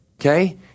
Okay